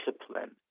discipline